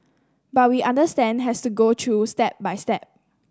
but we understand has to go through step by step